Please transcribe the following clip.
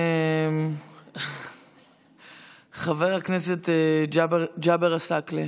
חבר הכנסת ג'אבר עסאקלה,